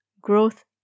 growth